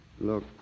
Look